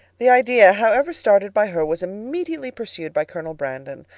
the idea however started by her, was immediately pursued by colonel brandon,